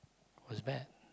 was bad